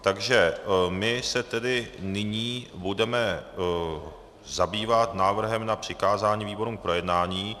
Takže my se tedy nyní budeme zabývat návrhem na přikázání výborům k projednání.